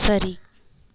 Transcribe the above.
சரி